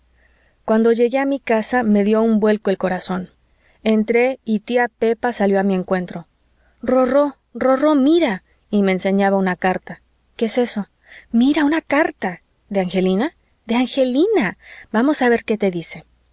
cuando llegué a mi casa me dio un vuelco el corazón entré y tía pepilla salió a mi encuentro rorró rorró mira y me enseñaba una carta qué es eso mira una carta de angelina de angelina vamos a ver qué te dice